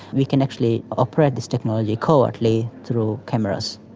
we can actually operate this technology covertly through cameras.